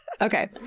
Okay